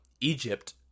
Egypt